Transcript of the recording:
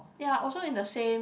ya also in the same